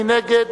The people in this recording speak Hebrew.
מי נגד,